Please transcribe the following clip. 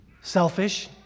Selfish